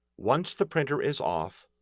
once the printer is off,